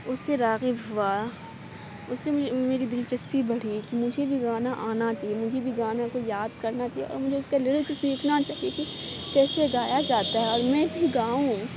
اُس سے راغب ہُوا اُس سے مجھے میری دلچسپی بڑھی کہ مجھے بھی گانا آنا چاہیے مجھے بھی گانا کو یاد کرنا چاہیے تھا اور مجھے اِس کا لیریکس سیکھنا چایٔے کیسے گایا جاتا ہے اور میں پھر گاؤں